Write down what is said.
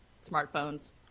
Smartphones